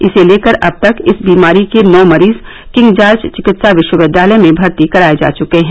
इसे लेकर अब तक इस बीमारी के नौ मरीज किंग जार्ज चिकित्सा विश्वविद्यालय में भर्ती कराये जा चुके हैं